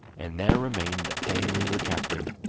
and there remained only the captain.